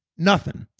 nothing.